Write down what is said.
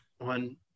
on